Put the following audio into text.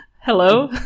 hello